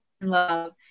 love